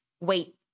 wait